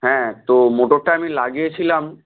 হ্যাঁ তো মোটরটা আমি লাগিয়েছিলাম